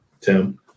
Tim